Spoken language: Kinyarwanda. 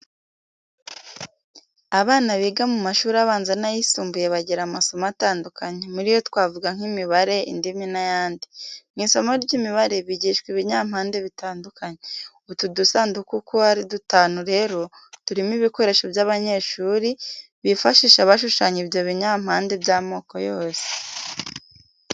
Abana biga mu mashuri abanza n'ayisumbuye bagira amasomo atandukanye, muri yo twavuga nk'imibare, indimi n'ayandi. Mu isomo ry'imibare bigishwa ibinyampande bitandukanye. Utu dusanduku uko ari dutanu rero turimo ibikoresho by'abanyeshuri bifashisha bashushanya ibyo binyambande by'amoko yose.